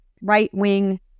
right-wing